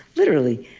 literally,